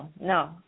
no